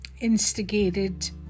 instigated